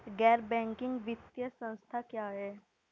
गैर बैंकिंग वित्तीय संस्था क्या है?